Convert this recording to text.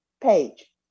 page